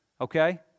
okay